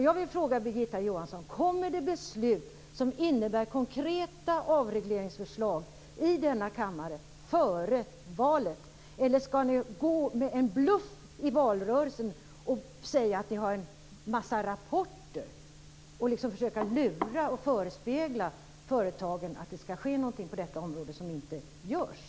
Jag vill fråga Birgitta Johansson: Kommer det beslut i denna kammare som innebär konkreta avregleringsförslag före valet? Eller skall ni använda er av en bluff i valrörelsen, säga att ni har en massa rapporter och försöka förespegla företagen att det skall ske någonting på detta område som inte görs?